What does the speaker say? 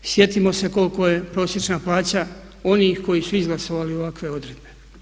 Sjetimo se koliko je prosječna plaća onih koji su izglasali ovakve odredbe.